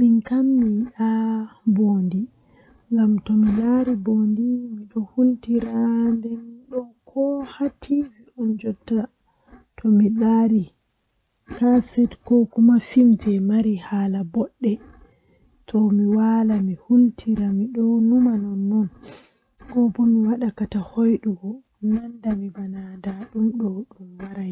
Ndikkina mi minana gimiiji jooni ngam jotta on jamanu am nden gimi man midon faama ko be watta bedon wiya haa maajum masin amma gimiiji amma gimiiji boima ko saali-saali kanjum buran welugo ndotti en be himbeeji naane-naane ngamman ndikkinami